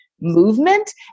movement